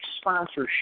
sponsorship